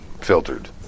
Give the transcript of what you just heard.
filtered